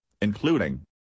including